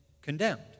condemned